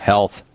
Health